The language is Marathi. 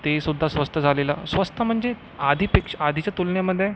तेसुद्धा स्वस्त झालेलं स्वस्त म्हणजे आधीपेक्षा आधीच्या तुलनेमध्ये